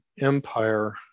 empire